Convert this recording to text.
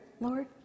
Lord